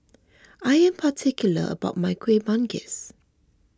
I am particular about my Kueh Manggis